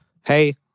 hey